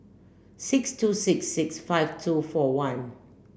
six two six six five two four one